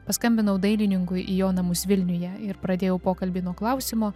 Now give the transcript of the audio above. paskambinau dailininkui į jo namus vilniuje ir pradėjau pokalbį nuo klausimo